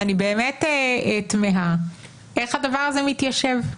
אני באמת תמהה איך הדבר הזה מתיישב.